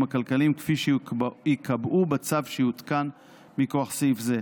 הכלכליים שייקבעו בצו שיותקן מכוח סעיף זה.